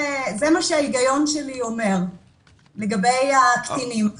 זה מה שההיגיון שלי אומר לגבי קטינים.